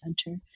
center